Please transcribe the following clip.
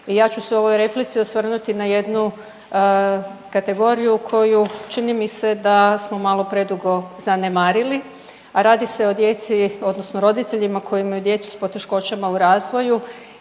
i ja ću se u ovoj replici osvrnuti na jednu kategoriju koju čini mi se da smo malo predugo zanemarili, a radi se o djeci odnosno roditeljima koji imaju djecu s poteškoćama u razvoju